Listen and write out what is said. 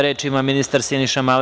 Reč ima ministar Siniša Mali.